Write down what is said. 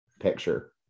Picture